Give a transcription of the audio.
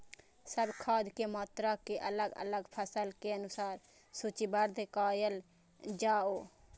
सब खाद के मात्रा के अलग अलग फसल के अनुसार सूचीबद्ध कायल जाओ?